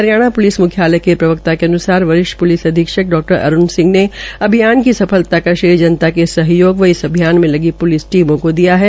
Haryana police मुख्यालय के प्रवक्ता के अन्सार वरिष्ठ पूलिस अधीक्षक ड़ा अरुण सिंह ने अभियान की सफलता का श्रेय जनता के सहयोग व इस अभियान में लगी प्लिस टीमों को दिया है